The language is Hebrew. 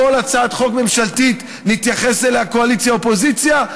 כל הצעת חוק ממשלתית נתייחס אליה קואליציה אופוזיציה,